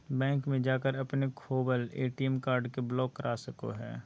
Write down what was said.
bank में जाकर अपने खोवल ए.टी.एम कार्ड के ब्लॉक करा सको हइ